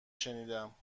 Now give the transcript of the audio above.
شنیدم